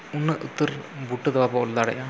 ᱩᱱᱟᱹᱜ ᱩᱛᱟᱹᱨ ᱵᱩᱴᱟᱹᱫᱚ ᱵᱟᱵᱚᱱ ᱚᱞ ᱫᱟᱲᱮᱭᱟᱜᱼᱟ